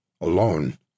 alone